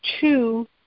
two